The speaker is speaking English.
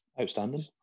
Outstanding